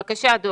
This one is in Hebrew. בבקשה.